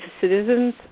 Citizens